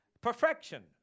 perfection